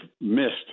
missed